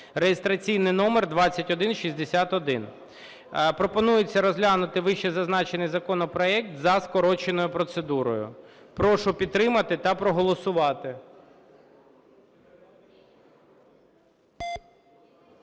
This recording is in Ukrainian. (реєстраційний номер 2161). Пропонується розглянути вищезазначений законопроект за скороченою процедурою. Прошу підтримати та проголосувати.